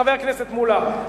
חבר הכנסת מולה,